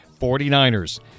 49ers